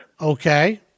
Okay